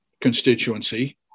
constituency